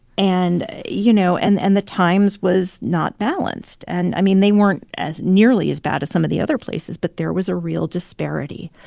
and you know and and the times was not balanced. and i mean, they weren't as nearly as bad as some of the other places, but there was a real disparity.